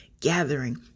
gathering